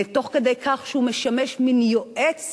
תוך כדי כך שהוא משמש מין יועצת,